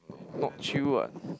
not chill [what]